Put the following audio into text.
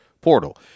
portal